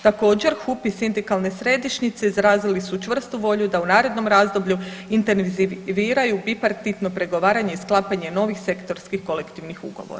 Također HUP i sindikalne središnjice izrazili su čvrstu volju da u narednom razdoblju intenziviraju bipartitno pregoravanje i sklapanje novih sektorskih kolektivnih ugovora.